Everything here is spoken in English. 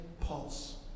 pulse